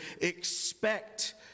expect